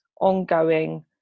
ongoing